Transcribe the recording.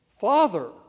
Father